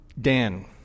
Dan